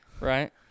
right